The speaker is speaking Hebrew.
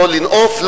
לא לנאוף,